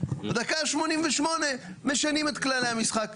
דקה 88 משנים את כללי המשחק.